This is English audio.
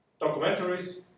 Documentaries